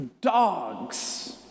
dogs